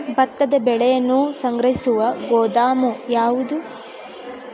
ಭತ್ತದ ಬೆಳೆಯನ್ನು ಸಂಗ್ರಹಿಸುವ ಗೋದಾಮು ಯಾವದು?